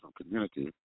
community